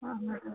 हां हां हां